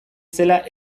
zela